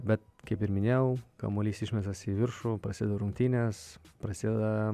bet kaip ir minėjau kamuolys išmestas į viršų prasideda rungtynės prasideda